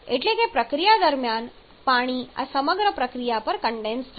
એટલે કે પ્રક્રિયા દરમિયાન પાણી આ સમગ્ર પ્રક્રિયા પર કન્ડેન્સ થાય છે